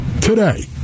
today